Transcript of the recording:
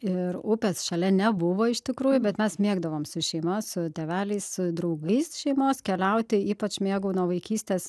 ir upės šalia nebuvo iš tikrųjų bet mes mėgdavom su šeima su tėveliais su draugais šeimos keliauti ypač mėgau nuo vaikystės